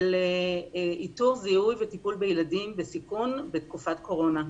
של איתור וטיפול בילדים בסיכון בתקופת קורונה.